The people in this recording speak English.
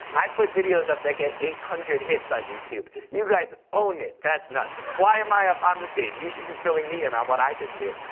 i put videos up that get eight hundred hits on youtube. you guys own it, that's nuts, why am i up on the stage? you should be filling me in on what i can do.